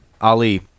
Ali